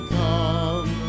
come